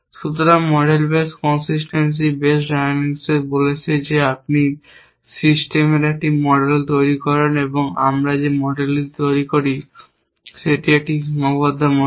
সুতরাং model base consistency base diagnosis বলেছে যে আপনি সিস্টেমের একটি মডেল তৈরি করেন এবং আমরা যে মডেলটি তৈরি করি সেটি একটি সীমাবদ্ধ মডেল